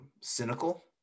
cynical